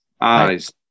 eyes